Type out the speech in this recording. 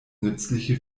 nützliche